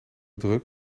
drug